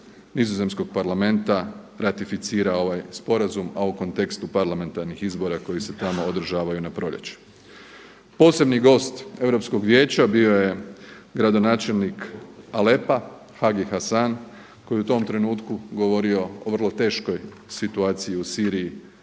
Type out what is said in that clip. Nizozemskog parlamenta ratificira ovaj sporazum, a u kontekstu parlamentarnih izbora koji se tamo održavaju na proljeće. Posebni gost Europskog vijeća bio je gradonačelnik Aleppo-a Hagi Hasan koji je u tom trenutku govorio o vrlo teškoj situaciji u Siriji,